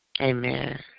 Amen